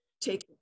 take